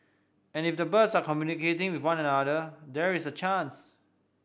and if the birds are communicating with one another there is a chance